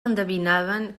endevinaven